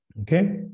okay